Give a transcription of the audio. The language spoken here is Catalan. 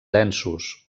densos